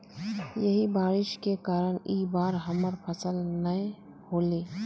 यही बारिश के कारण इ बार हमर फसल नय होले?